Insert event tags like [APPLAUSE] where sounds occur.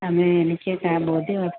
അത് എനിക്കിട്ടാണ് [UNINTELLIGIBLE]